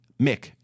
Mick